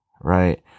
right